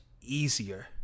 easier